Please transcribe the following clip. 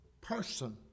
person